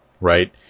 right